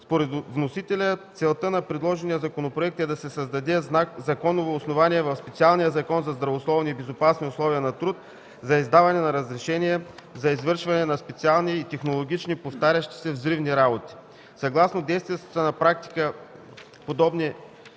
Според вносителя целта на предложения законопроект е да се създаде законово основание в специалния Закон за здравословни и безопасни условия на труд за издаване на разрешение за извършване на специални и технологични (повтарящи се) взривни работи. Съгласно действащата практика подобни